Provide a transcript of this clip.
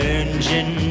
engine